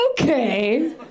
okay